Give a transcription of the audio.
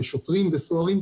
בשוטרים וסוהרים,